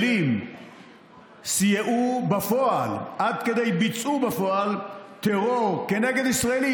שבהם ישראלים סייעו בפועל עד כדי ביצעו בפועל טרור כנגד ישראלים.